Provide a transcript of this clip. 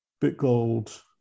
Bitgold